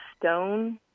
stone